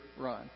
run